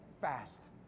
fast